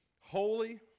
holy